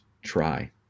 try